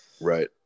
Right